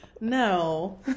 No